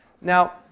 now